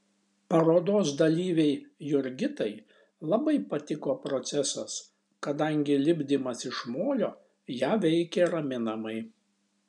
parodos dalyvei jurgitai labai patiko procesas kadangi lipdymas iš molio ją veikė raminamai